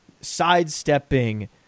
sidestepping